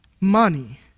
Money